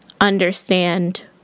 understand